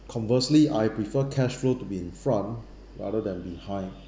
conversely I prefer cash flow to be in front rather than behind